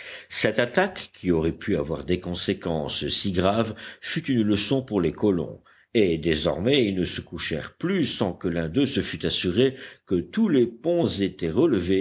cette attaque qui aurait pu avoir des conséquences si graves fut une leçon pour les colons et désormais ils ne se couchèrent plus sans que l'un d'eux se fût assuré que tous les ponts étaient relevés